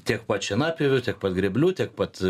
tiek pat šienapjovių tiek pat grėblių tiek pat